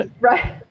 right